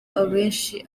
abenshi